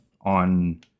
on